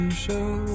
show